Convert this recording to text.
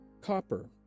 copper